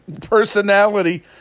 personality